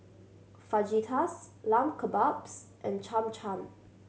Fajitas Lamb Kebabs and Cham Cham